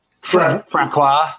Francois